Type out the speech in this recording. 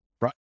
right